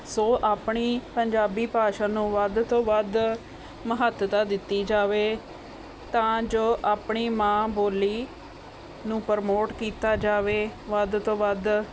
ਸੋ ਆਪਣੀ ਪੰਜਾਬੀ ਭਾਸ਼ਾ ਨੂੰ ਵੱਧ ਤੋਂ ਵੱਧ ਮਹੱਤਤਾ ਦਿੱਤੀ ਜਾਵੇ ਤਾਂ ਜੋ ਆਪਣੀ ਮਾਂ ਬੋਲੀ ਨੂੰ ਪ੍ਰਮੋਟ ਕੀਤਾ ਜਾਵੇ ਵੱਧ ਤੋਂ ਵੱਧ